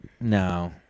No